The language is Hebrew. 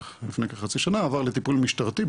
עבר לטיפול משטרתי,